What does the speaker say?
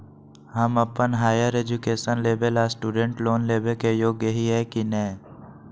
हम अप्पन higher education लेबे ला स्टूडेंट लोन लेबे के योग्य हियै की नय?